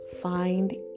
find